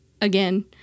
Again